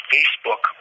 Facebook